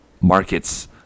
markets